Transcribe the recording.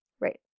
Right